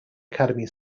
academy